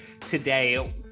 today